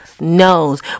knows